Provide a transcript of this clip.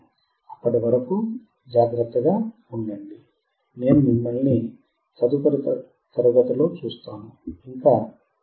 అప్పటి వరకు జాగ్రత్తగా ఉండండి నేను మిమ్మల్ని తదుపరి తరగతి లో చూస్తాను ఇంక శెలవు